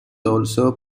also